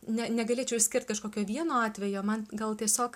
ne negalėčiau išskirt kažkokio vieno atvejo man gal tiesiog